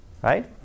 Right